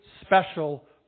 special